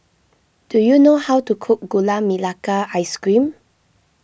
do you know how to cook Gula Melaka Ice Cream